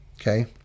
Okay